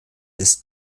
ist